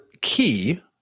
key